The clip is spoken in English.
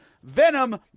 Venom